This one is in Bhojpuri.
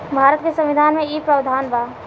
भारत के संविधान में इ प्रावधान बा